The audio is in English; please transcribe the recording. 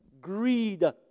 greed